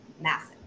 massive